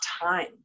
time